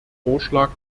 vorschlag